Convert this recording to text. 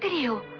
you